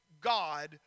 God